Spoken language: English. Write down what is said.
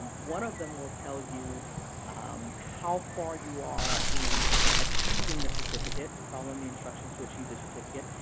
one of them will tell you how far you are in achieving the certificate, following the instructions to achieve the certificate.